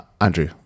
Andrew